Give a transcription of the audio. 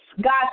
God